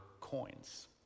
coins